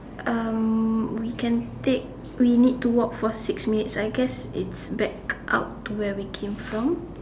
um we can take we need to walk for six minutes I guess it's back out where we came from